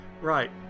Right